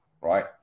right